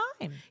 time